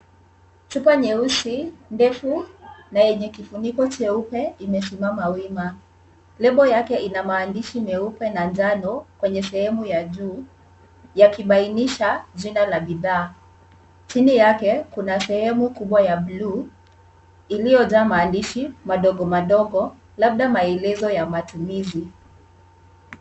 Chupa nyeusi ndefu na yenye kifuniko cheupe imesimama wima. Lebo yake ina maandishi meupe na njano kwenye sehemu ya juu yakibainisha jina la bidhaa. Chini yake kuna sehemu kubwa ya bluu iliyojaa maandishi madogo madogo labda maelezo ya matumizi.